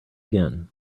again